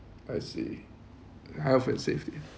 I see health and safety